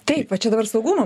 taip va čia dabar saugumo